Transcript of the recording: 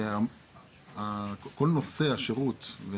כל נושא השירות,